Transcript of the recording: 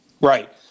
Right